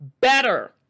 better